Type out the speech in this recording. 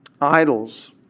idols